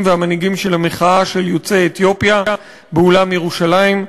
והמנהיגים של המחאה של יוצאי אתיופיה באולם "ירושלים".